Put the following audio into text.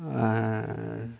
ᱟᱨ